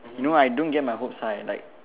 you know I don't get my hopes high like